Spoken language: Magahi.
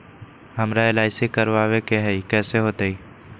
हमरा एल.आई.सी करवावे के हई कैसे होतई?